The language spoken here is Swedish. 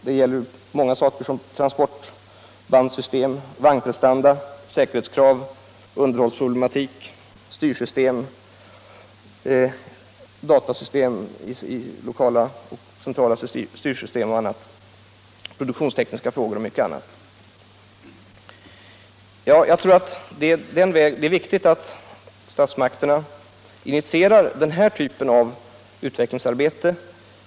Det gäller sådant som transportbandssystem, vagnprestanda, säkerhetskrav, underhållsproblematik, datasys tem, centrala och lokala styrsystem, produktionstekniska frågor och mycket annat. Jag tror att det är viktigt att statsmakterna initierar den här typen av utvecklingsarbete.